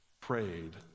prayed